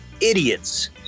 idiots